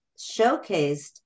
showcased